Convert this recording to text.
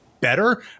better